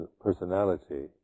personality